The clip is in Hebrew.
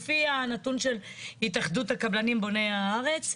על פי הנתון של התאחדות הקבלנים בוני הארץ,